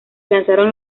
lanzaron